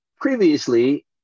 previously